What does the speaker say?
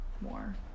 more